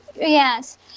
Yes